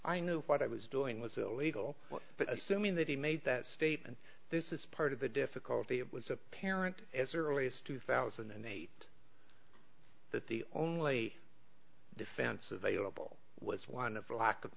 i knew what i was doing was illegal but assuming that he made that statement this is part of the difficulty it was apparent as early as two thousand and eight that the only defense available was one of a lack of